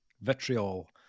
Vitriol